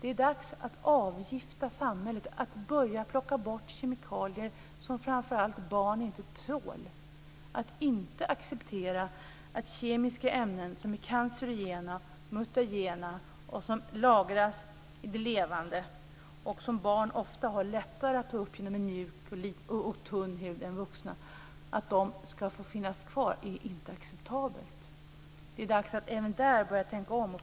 Det är dags att avgifta samhället - att börja plocka bort kemikalier som framför allt barn inte tål. Det är dags att även här börja tänka om.